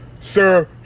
Sir